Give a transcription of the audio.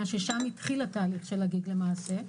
ששם התחיל התהליך של ה-Gig למעשה,